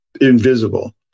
invisible